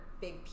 big